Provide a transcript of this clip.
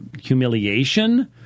humiliation